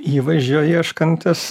įvaizdžio ieškantis